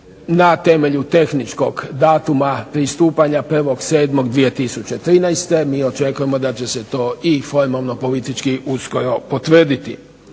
na temelju tehničkog datuma pristupanja 1.7.2013. Mi očekujemo da će se to i formalno politički uskoro potvrditi.